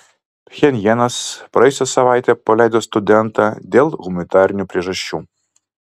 pchenjanas praėjusią savaitę paleido studentą dėl humanitarinių priežasčių